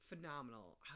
phenomenal